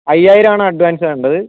അയ്യായിരം ആണ് അഡ്വാൻസ് വേണ്ടത്